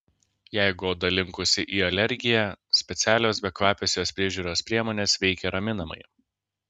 jeigu oda linkusi į alergiją specialios bekvapės jos priežiūros priemonės veikia raminamai